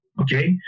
Okay